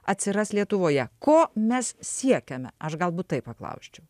atsiras lietuvoje ko mes siekiame aš galbūt taip paklausčiau